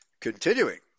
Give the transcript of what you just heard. Continuing